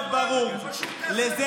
זו הדרך.